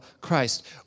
Christ